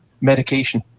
medication